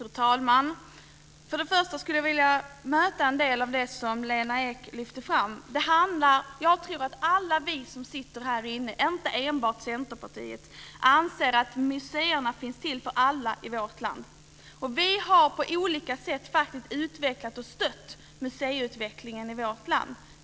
Fru talman! Jag skulle till att börja med vilja bemöta en del av det som Lena Ek lyfte fram. Jag tror att alla vi som sitter här inne, inte enbart centerpartister, anser att museerna finns till för alla i vårt land. Vi har faktiskt på olika sätt utvecklat och stött museiutvecklingen i vårt land.